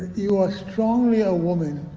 you are strongly a woman,